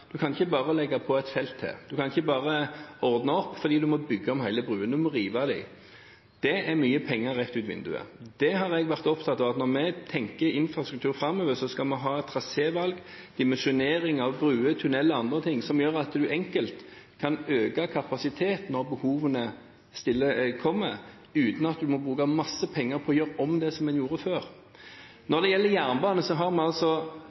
kan ikke bare legge på et felt til. En kan ikke bare ordne opp, fordi en må bygge om broene helt, en må rive dem. Det er mye penger rett ut av vinduet. Jeg har vært opptatt av at når vi tenker infrastruktur framover, skal vi ha et trasévalg, dimensjonering av broer og tuneller og andre ting som gjør at en enkelt kan øke kapasiteten når behovene kommer, uten at en må bruke masse penger på å gjøre om på det som er gjort fra før. Når det gjelder jernbane, har vi